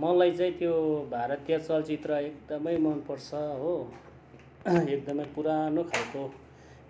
मलाई चाहिँ त्यो भारतीय चलचित्र एकदमै मन पर्छ हो एकदमै पुरानो खालको